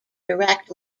direct